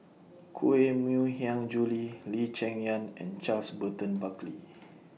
Koh Mui Hiang Julie Lee Cheng Yan and Charles Burton Buckley